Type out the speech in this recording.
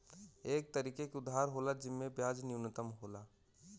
एक तरीके के उधार होला जिम्मे ब्याज न्यूनतम होला